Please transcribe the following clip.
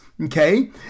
Okay